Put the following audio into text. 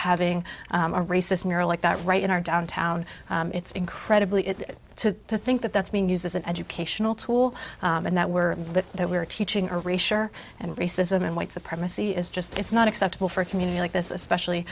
having a racist near like that right in our downtown it's incredibly to think that that's being used as an educational tool and that we're that we're teaching our race sure and racism and white supremacy is just it's not acceptable for a community like this especially